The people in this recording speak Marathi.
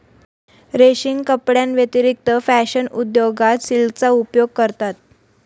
रेशीम कपड्यांव्यतिरिक्त फॅशन उद्योगात सिल्कचा उपयोग करतात